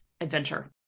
adventure